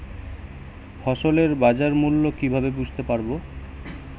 ফসলের বাজার মূল্য কিভাবে বুঝতে পারব?